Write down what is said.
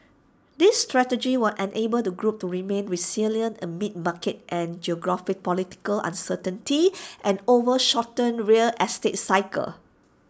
this strategy will enable the group to remain resilient amid market and geopolitical uncertainty and over shortened real estate cycles